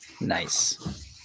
Nice